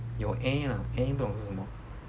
有 a lah a 不懂是什么